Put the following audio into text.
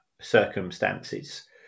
circumstances